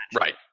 Right